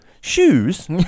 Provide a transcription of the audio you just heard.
shoes